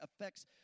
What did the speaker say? affects